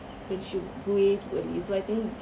when she duet to a liz~ I think